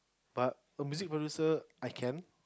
but the music producer I can